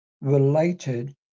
related